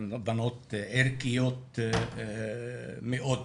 בנות ערכיות מאוד.